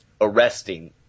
arresting